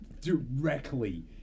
directly